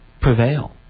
prevail